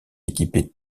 équipé